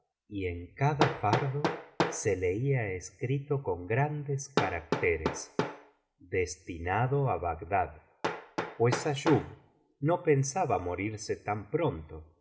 y en cada fardo se veía escrito con grandes caracteres destinado k bagdad pues ayub no pensaba morirse tap pronto y